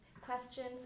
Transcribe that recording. questions